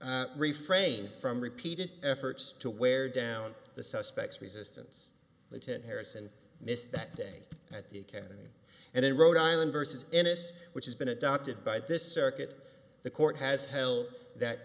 must refrain from repeated efforts to wear down the suspects resistance lieutenant harrison missed that day at the academy and in rhode island versus ennis which has been adopted by this circuit the court has held that